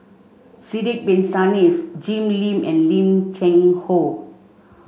Sidek bin Saniff Jim Lim and Lim Cheng Hoe